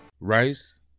Rice